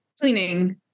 cleaning